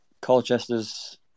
Colchester's